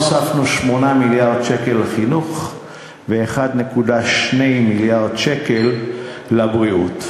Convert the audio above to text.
הוספנו 8 מיליארד שקל לחינוך ו-1.2 מיליארד שקל לבריאות.